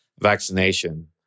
vaccination